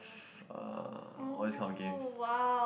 far all these kind of games